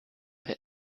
der